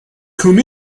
con